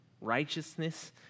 righteousness